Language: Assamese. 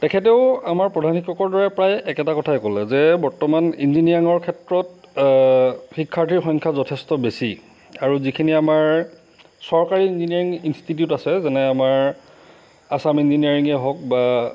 তেখেতেও আমাৰ প্ৰধান শিক্ষকৰ দৰে প্ৰায় একেটা কথাকে ক'লে যে বৰ্তমান ইঞ্জিনিয়াৰিঙৰ ক্ষেত্ৰত শিক্ষাৰ্থীৰ সংখ্যা যথেষ্ট বেছি আৰু যিখিনি আমাৰ চৰকাৰী ইঞ্জিনিয়াৰিং ইনষ্টিটিউট আছে যেনে আমাৰ আছাম ইঞ্জিনিয়াৰিঙেই হওক বা